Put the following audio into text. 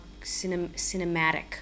cinematic